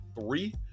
three